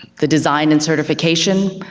the design and certification,